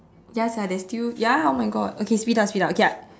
ya sia they still ya oh my God okay speed up speed up okay I